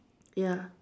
ya